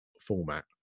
format